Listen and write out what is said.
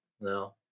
No